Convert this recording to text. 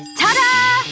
ta-da!